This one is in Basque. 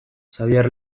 xabier